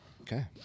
Okay